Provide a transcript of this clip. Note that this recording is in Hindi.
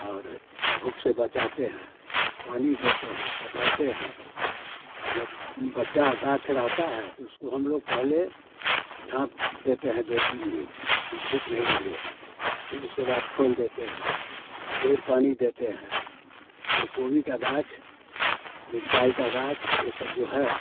और धूप से बचाते हैं पानी देते हैं पटाते हैं आ जब बचा गाछ रहता है तो उसको हम लोग पहले झाँप देते हैं दो तीन दिन कि धूप नहीं लगे फिर उसके बाद खोल देते हैं फिर पानी देते हैं वो गोभी का गाछ मिर्चाइ का गाछ ये सब जो है